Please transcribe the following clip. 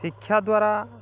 ଶିକ୍ଷା ଦ୍ୱାରା